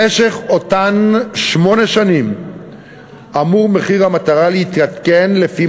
במשך אותן שמונה שנים אמור מחיר המטרה להתעדכן לפי